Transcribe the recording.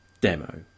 demo